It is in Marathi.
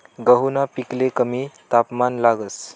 गहूना पिकले कमी तापमान लागस